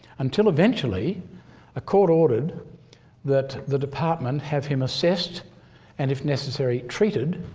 until eventually a court ordered that the department have him assessed and if necessary treated